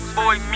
boy